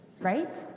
right